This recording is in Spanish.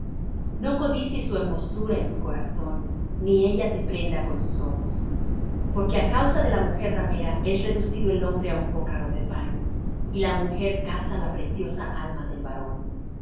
no codicies su hermosura en tu corazón ni ella te prenda con sus ojos porque á causa de la mujer ramera es reducido el hombre á un bocado de pan y la mujer caza la preciosa alma del varón